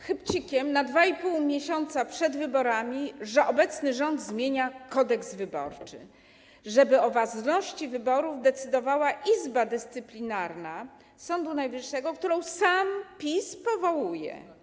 Chybcikiem, na 2,5 miesiąca przed wyborami obecny rząd zmienia Kodeks wyborczy po to, żeby o ważności wyborów decydowała izba dyscyplinarna Sądu Najwyższego, którą sam PiS powołuje.